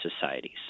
societies